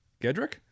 Gedrick